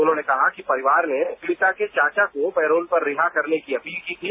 उन्होंने कहा कि परिवार ने पीडिता के चाचा को पैरोल पर रिहा करने की अपील की थी